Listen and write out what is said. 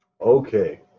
Okay